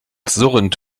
surrend